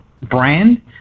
brand